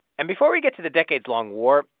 and before we get to the decades-long war,